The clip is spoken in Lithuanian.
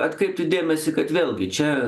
atkreipti dėmesį kad vėlgi čia